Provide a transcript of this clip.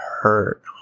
hurt